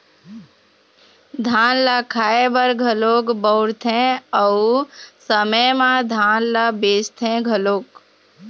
धान ल खाए बर घलोक बउरथे अउ समे म धान ल बेचथे घलोक